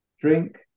drink